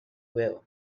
will